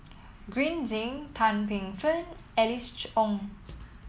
Green Zeng Tan Paey Fern Alice Ong